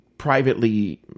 privately